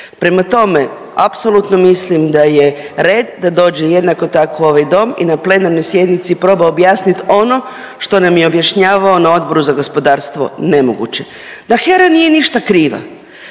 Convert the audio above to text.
Prema tome, apsolutno mislim da je red da dođe jednako tako u ovaj Dom i na plenarnoj sjednici proba objasniti ono što nam je objašnjavao na Odboru za gospodarstvo nemoguće, da HERA nije ništa kriva